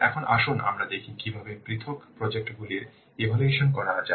এখন আসুন আমরা দেখি কীভাবে পৃথক প্রজেক্ট গুলির ইভ্যালুয়েশন করা যায়